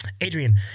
Adrian